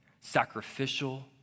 sacrificial